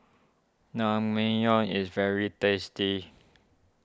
Naengmyeon is very tasty